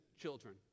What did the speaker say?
children